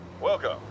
Welcome